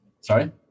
Sorry